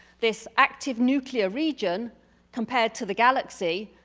this active nuclear region compared to the galaxy,